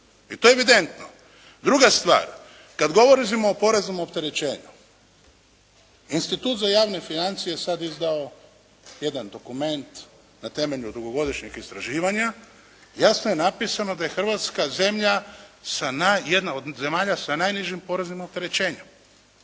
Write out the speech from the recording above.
I to je evidentno. Druga stvar. Kad govorimo recimo o poreznom opterećenju Institut za javne financije je sad izdao jedan dokument na temelju dugogodišnjeg istraživanja. Jasno je napisano da je Hrvatska zemlja sa, jedna od zemalja sa najnižim poreznim opterećenjem.